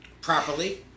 Properly